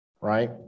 right